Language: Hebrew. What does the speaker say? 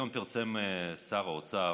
היום פרסם שר האוצר